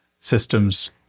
system's